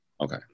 Okay